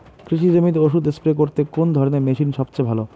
কৃষি জমিতে ওষুধ স্প্রে করতে কোন ধরণের মেশিন সবচেয়ে ভালো?